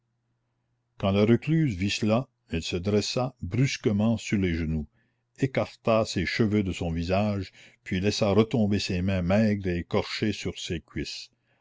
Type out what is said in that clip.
quand la recluse vit cela elle se dressa brusquement sur les genoux écarta ses cheveux de son visage puis laissa retomber ses mains maigres et écorchées sur ses cuisses